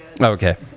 Okay